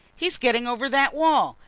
he's getting over that wall.